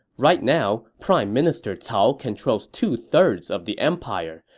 right now, prime minister cao controls two-thirds of the empire,